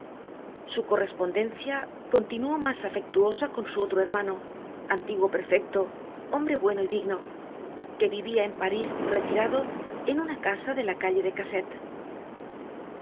su correspondencia continuó mas afectuosa con su otro hermano antiguo prefecto hombre bueno y digno que vivia en parís retirado en tina casa de la calle de casette